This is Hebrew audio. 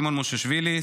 סימון מושיאשוילי,